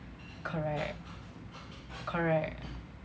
correct correct